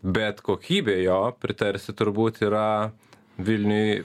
bet kokybė jo pritarsi turbūt yra vilniuj